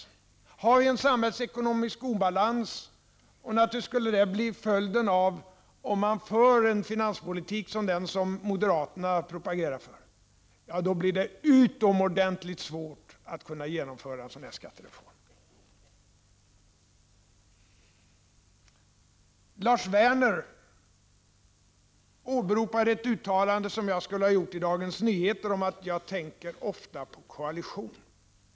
Nej, har vi en samhällsekonomisk obalans — och naturligtvis skulle det bli följden av en finanspolitik av det slag som moderaterna propagerar för — blir det utomordentligt svårt att genomföra en skattereform. Lars Werner åberopade ett uttalande som jag enligt Dagens Nyheter skulle ha gjort om att jag ofta tänker på en koalition.